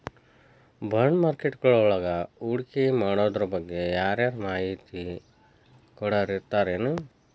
ಬಾಂಡ್ಮಾರ್ಕೆಟಿಂಗ್ವಳಗ ಹೂಡ್ಕಿಮಾಡೊದ್ರಬಗ್ಗೆ ಯಾರರ ಮಾಹಿತಿ ಕೊಡೊರಿರ್ತಾರೆನು?